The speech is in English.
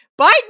Biden